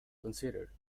consider